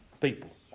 people